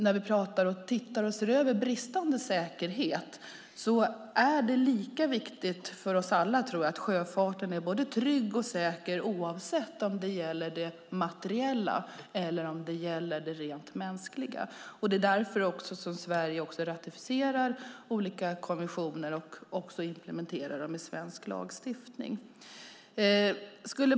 När vi ser över bristande säkerhet är det lika viktigt för oss alla, tror jag, att sjöfarten är både trygg och säker oavsett om det gäller det materiella eller det rent mänskliga. Det är också därför som Sverige ratificerar olika konventioner och implementerar dem i svensk lagstiftning.